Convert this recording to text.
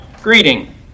greeting